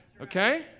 okay